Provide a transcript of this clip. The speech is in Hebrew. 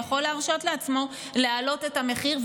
יכול להרשות לעצמו להעלות את המחיר,